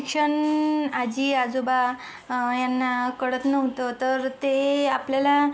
शिक्षण आजी आजोबा यांना कळत नव्हतं तर ते आपल्याला